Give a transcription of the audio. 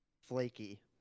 flaky